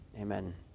amen